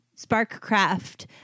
Sparkcraft